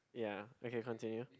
ya okay continue